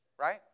right